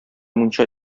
мунча